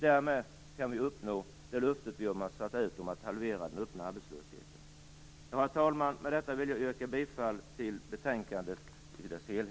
Därmed kan vi uppnå det löfte vi har satt upp om att halvera den öppna arbetslösheten. Herr talman! Med detta vill jag yrka bifall till hemställan i betänkandet i dess helhet.